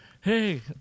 Hey